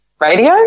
radio